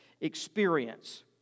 experience